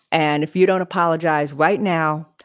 and if you don't apologize right now,